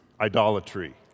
idolatry